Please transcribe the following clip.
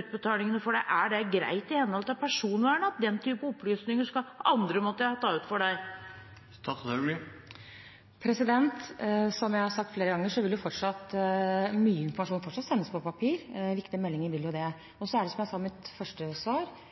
utbetalingene? Er det greit i henhold til personvernet at andre skal måtte ta ut den typen opplysninger for en? Som jeg har sagt flere ganger, vil mye informasjon fortsatt sendes på papir – viktige meldinger vil det. Som jeg sa i mitt første svar: